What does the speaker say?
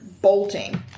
Bolting